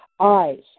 Eyes